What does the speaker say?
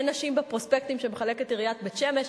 אין נשים בפרוספקטים שעיריית בית-שמש מחלקת,